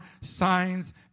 signs